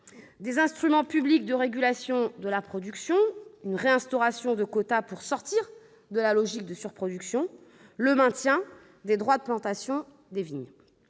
des instruments publics de régulation de la production- réinstauration de quotas pour sortir de la logique de surproduction, maintien des droits de plantation des vignes